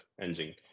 engine